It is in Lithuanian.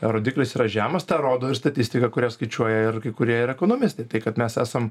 rodiklis yra žemas tą rodo ir statistika kurią skaičiuoja ir kai kurie ir ekonomistai tai kad mes esam